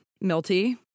Milty